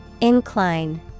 Incline